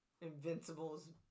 Invincible's